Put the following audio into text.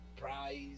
prize